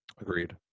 Agreed